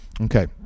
Okay